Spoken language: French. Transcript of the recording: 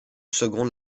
seconde